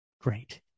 Great